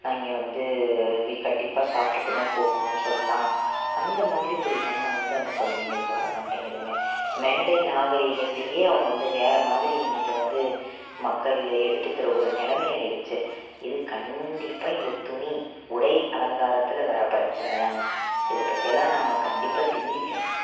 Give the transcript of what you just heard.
நான் இங்கே வந்து வி கண்டிப்பாக சாப்பிட்டுட்டு தான் போகணும் சொல்லலாம் அந்த மாதிரி ஒரு எண்ணம் வந்து அந்த குழந்தைகளுக்கு வர மாட்டேங்கிதுங்க மேடை நாகரிகத்தையே அவங்க வந்து வேற மாதிரி இன்னைக்கு வந்து மக்கள் எடுத்துக்கிற ஒரு நிலமை ஆயிடுச்சு இது கண்டிப்பாக இந்த துணி உடை அலங்காரத்தில் வர பிரச்சனைதாங்க இதை பற்றி எல்லாம் நாம கண்டிப்பாக சிந்திக்கணும்